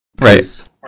Right